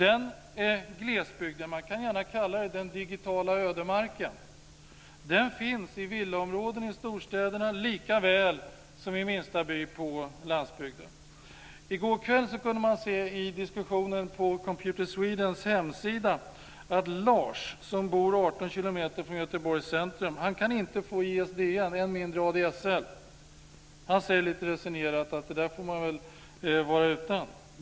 Den glesbygden - man kan gärna kalla det den digitala ödemarken - finns i villaområden i storstäderna likaväl som i minsta by på landsbygden. I går kväll kunde man se i diskussionen på Computer Swedens hemsida att Lars, som bor 18 kilometer från Göteborgs centrum, inte kan få ISDN - än mindre ADSL. Han säger lite resignerat att man väl får vara utan det där.